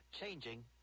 changing